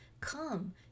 Come